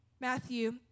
Matthew